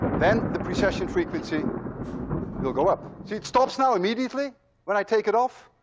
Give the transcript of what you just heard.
then the precession frequency will go up. see, it stops now immediately when i take it off.